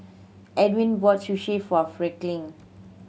Edwin bought Sushi for Franklin